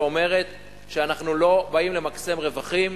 שאומרת שאנחנו לא באים למקסם רווחים,